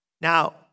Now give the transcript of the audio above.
Now